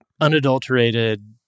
unadulterated